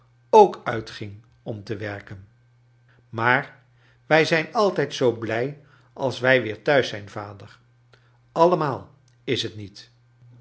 ook uitging om te werken maar wij zijn altijd zoo blij als wij weer thuis zijn vader allemaai is t niet